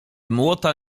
młota